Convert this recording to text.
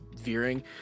veering